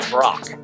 Brock